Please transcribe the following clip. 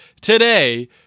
today